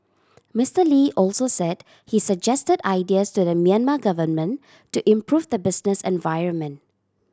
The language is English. Mister Lee also said he suggested ideas to the Myanmar government to improve the business environment